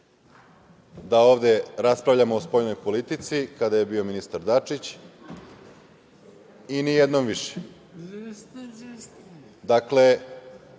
da ovde raspravljamo o spoljnoj politici kada je bio ministar Dačić i ni jednom